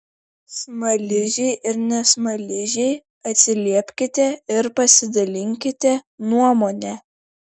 smaližiai ir ne smaližiai atsiliepkite ir pasidalinkite nuomone